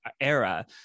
era